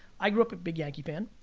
i grew up a big yankee fan,